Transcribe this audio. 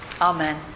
Amen